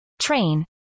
train